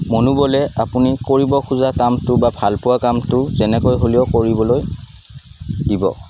মনোবলে আপুনি কৰিব খোজা কামটো বা ভালপোৱা কামটো যেনেকৈ হ'লেও কৰিবলৈ দিব